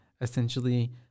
essentially